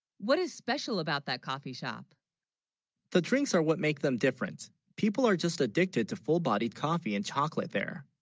what is special about that coffee shop the drinks are what makes them difference people are just addicted to full-bodied coffee and chocolate there